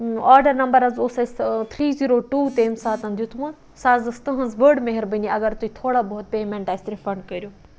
order number حظ اوس اَسہِ تھِرٛی زیٖرو تمہِ ساتَن دیُتمُت سُہ حظ ٲس تُہٕنٛز بٔڑ مہربٲنی اگر تُہۍ تھوڑا بہت پیمٮ۪نٛٹ اَسہِ رِفنٛڈ کٔرِو